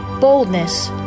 boldness